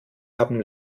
haben